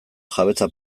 jabetza